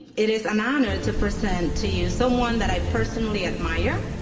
it is an honor to present to you someone that i personally admire,